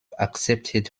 accepted